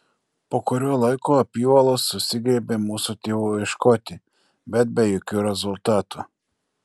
po kurio laiko apyvalos susigriebė mūsų tėvų ieškoti bet be jokių rezultatų